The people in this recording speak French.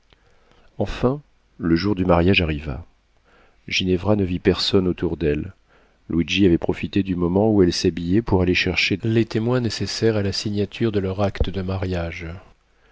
enfin le jour du mariage arriva ginevra ne vit personne autour d'elle luigi avait profité du moment où elle s'habillait pour aller chercher les témoins nécessaires à la signature de leur acte de mariage